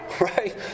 right